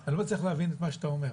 אני לא מצליח להבין את מה שאתה אומר.